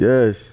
Yes